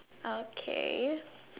okay